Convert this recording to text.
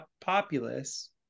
populace